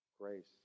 Grace